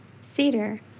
Cedar